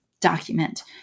document